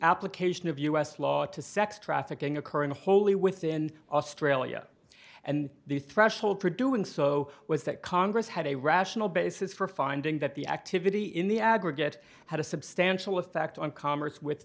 application of u s law to sex trafficking occur in a wholly within australia and the threshold for doing so was that congress had a rational basis for finding that the activity in the aggregate had a substantial effect on commerce with